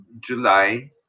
July